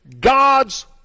God's